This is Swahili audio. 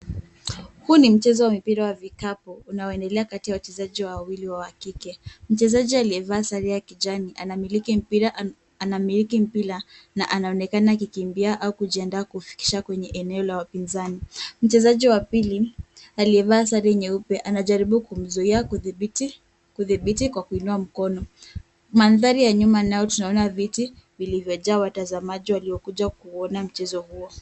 Huu ni mchezo wa mipira wa vikapu unaoendelea kati ya wachezaji wawili wa kike. Mchezaji aliyevaa sare ya kijani anamiliki mpira na anaonekana kukimbia au kujiandaa kufikisha kwenye eneo la wapinzani. Mchezaji wa pili aliyevaa sare nyeupe anajaribu kumzuia kudhibiti kwa kuinua mkono. Mandhari ya nyuma nayo tunaona viti vilivyojaa watazamaji waliokuja kuona mchezo huo.